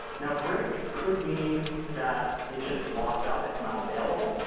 now, break could mean that it's just locked up, it's not available.